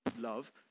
love